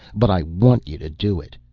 but i want you to do it.